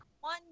one